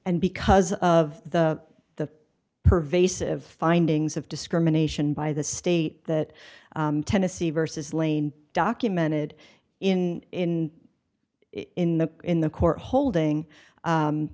and because of the the pervasive findings of discrimination by the state that tennessee versus lane documented in in the in the court holding